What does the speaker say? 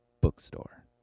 bookstore